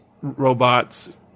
robots